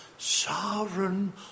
Sovereign